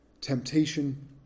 temptation